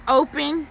open